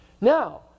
Now